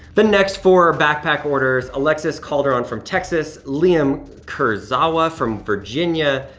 the next four are backpack orders. alexis calderon from texas, liam kyrzowa from virginia.